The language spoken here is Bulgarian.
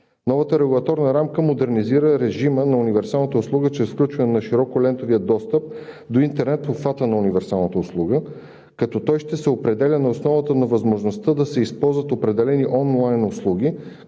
Новата регулаторна рамка модернизира режима на универсалната услуга чрез сключване на широколентовия достъп до интернет в обхвата на универсалната услуга, като той ще се определя на основата на възможността да се използват определени онлайн услуги,